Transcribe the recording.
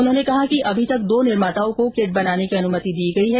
उन्होंने कहा कि अभी तक दो निर्माताओं को किट बनाने की अनुमति दी गई है